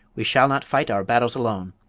we shall not fight our battles alone.